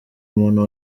muntu